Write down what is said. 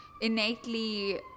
innately